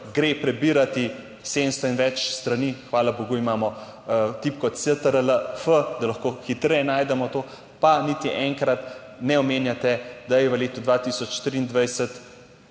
gre prebirati 700 in več strani, hvala bogu, imamo tipko Ctrl F, da lahko hitreje najdemo to, pa niti enkrat ne omenjate, da je v letu 2023